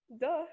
duh